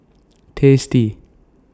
tasty